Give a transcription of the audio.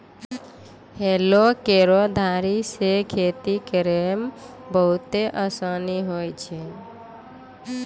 हलो केरो धारी सें खेती करै म बहुते आसानी होय छै?